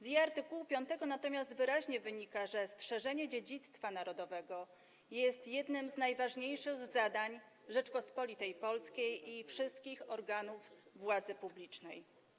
Z jej art. 5 natomiast wyraźnie wynika, że strzeżenie dziedzictwa narodowego jest jednym z najważniejszych zadań Rzeczypospolitej Polskiej i wszystkich organów władzy publicznej.